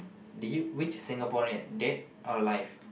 did you which Singaporean dead or alive